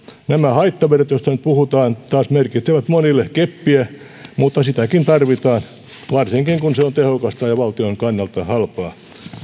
nämä haittaverot joista nyt puhutaan taas merkitsevät monille keppiä mutta sitäkin tarvitaan varsinkin kun se on tehokasta ja valtion kannalta halpaa